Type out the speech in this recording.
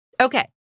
Okay